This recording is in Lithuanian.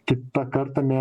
kitą kartą ne